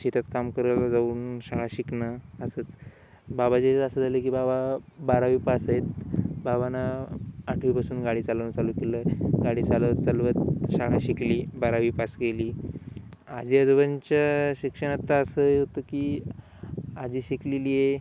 शेतात काम करायला जाऊन शाळा शिकणं असंच बाबा जे असं झालं की बाबा बारावी पास आहेत बाबांना आठवीपासून गाडी चालवं चालू केलंय गाडी चालवत चालवत शाळा शिकली बारावी पास गेली आजी आजोबांच्या शिक्षण त असं होतं की आजी शिकलेली आहे